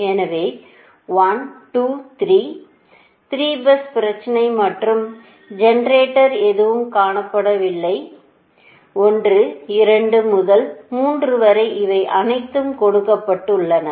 எனவே இது 1 2 3 3 பஸ் பிரச்சனை மற்றும் ஜெனரேட்டர் எதுவும் காட்டப்படவில்லை 1 2 முதல் 3 வரை இவை அனைத்தும் கொடுக்கப்பட்டுள்ளன